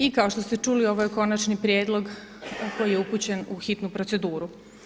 I kao što ste čuli ovo je konačni prijedlog koji je upućen u hitnu proceduru.